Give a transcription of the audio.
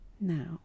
Now